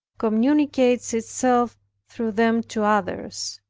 communicates itself through them to others.